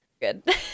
good